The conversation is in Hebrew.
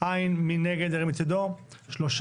והיו כל מיני התייחסויות של חברי הוועדה וגורמים נוספים ביחס